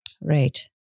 Right